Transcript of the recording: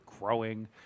growing